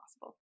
possible